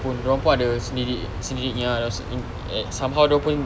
dorang pun ada sendiri sendiri nya somehow dorang pun